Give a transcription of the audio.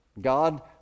God